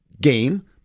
game